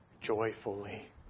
joyfully